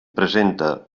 presenta